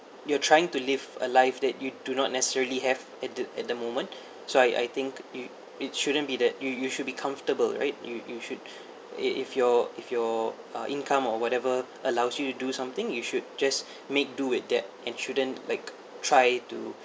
you are trying to live a life that you do not necessarily have at the at the moment so I I think it it shouldn't be that you you should be comfortable right you you should if if your if your uh income or whatever allows you to do something you should just make do with that and shouldn't like try to